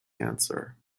answer